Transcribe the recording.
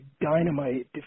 dynamite